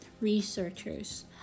researchers